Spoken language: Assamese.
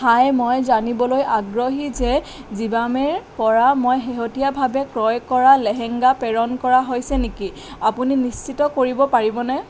হাই মই জানিবলৈ আগ্ৰহী যে জিভামেৰ পৰা মই শেহতীয়াভাৱে ক্ৰয় কৰা লেহেঙ্গা প্ৰেৰণ কৰা হৈছে নেকি আপুনি নিশ্চিত কৰিব পাৰিবনে